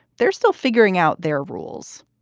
they're still figuring out their rules.